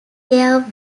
there